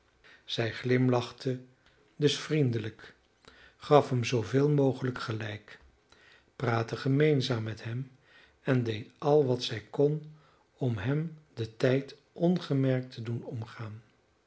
zij glimlachte dus vriendelijk gaf hem zooveel mogelijk gelijk praatte gemeenzaam met hem en deed al wat zij kon om den tijd ongemerkt te doen omgaan